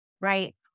right